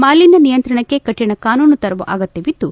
ಮಾಲೀನ್ಯ ನಿಯಂತ್ರಣಕ್ಕೆ ಕಠಣ ಕಾನೂನು ತರುವ ಅಗತ್ತವಿದ್ದು